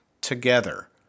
together